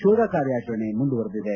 ಶೋಧ ಕಾರ್ಯಾಚರಣೆ ಮುಂದುವರೆದಿದೆ